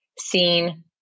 seen